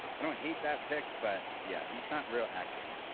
i don't hate that pick but yeah he's not real accurate.